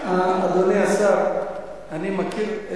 אדוני השר, אני מכיר.